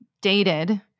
dated